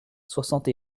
soixante